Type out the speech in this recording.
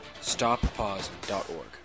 Stoppause.org